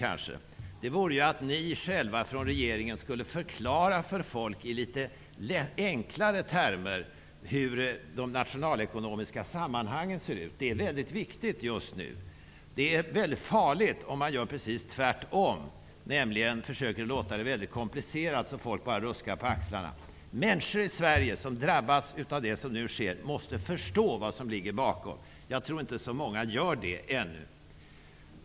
Ett gott råd är att ni själva i regeringen förklarar för folk i litet enklare termer de nationalekonomiska sammanhangen. Det är väldigt viktigt just nu. Det är väldigt farligt om man gör precis tvärtom, nämligen försöker få det att låta så väldigt komplicerat att folk bara rycker på axlarna. Människor i Sverige som drabbas av det som nu sker måste förstå vad som ligger bakom. Jag tror inte att det är så många som gör det ännu.